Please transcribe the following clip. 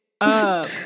up